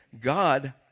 God